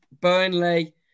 Burnley